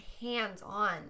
hands-on